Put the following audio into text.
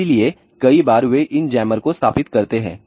इसलिए कई बार वे इन जैमर को स्थापित करते हैं